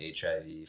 HIV